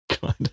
god